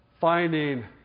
finding